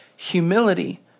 humility